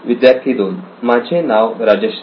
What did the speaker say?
विद्यार्थी 2 माझे नाव राजश्री